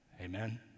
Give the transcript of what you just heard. Amen